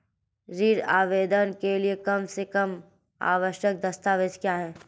ऋण आवेदन के लिए कम से कम आवश्यक दस्तावेज़ क्या हैं?